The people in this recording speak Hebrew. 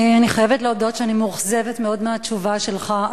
אני חייבת להודות שאני מאוכזבת מאוד מהתשובה שלך.